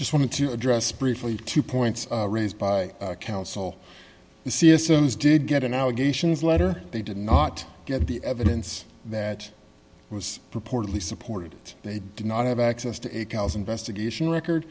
just wanted to address briefly two points raised by council c s and is did get an allegations letter they did not get the evidence that was purportedly supported they did not have access to a cow's investigation record